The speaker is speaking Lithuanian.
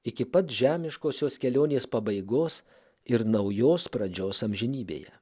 iki pat žemiškosios kelionės pabaigos ir naujos pradžios amžinybėje